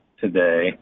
today